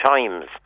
Times